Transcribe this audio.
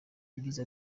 yagize